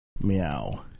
Meow